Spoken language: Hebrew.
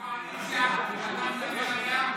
בקואליציה שאתה מדבר עליה?